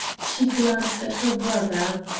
she glanced at her brother.